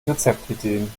rezeptideen